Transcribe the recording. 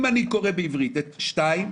אם אני קורא בעברית את פסקה (2),